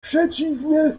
przeciwnie